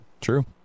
true